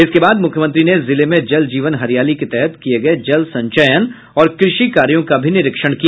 इसके बाद मुख्यमंत्री ने जिले में जल जीवन हरियाली के तहत किये गये जल संचयन और कृषि कार्यों का भी निरीक्षण किया